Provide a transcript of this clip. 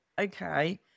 Okay